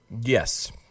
Yes